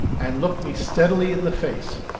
and looked me steadily in the face.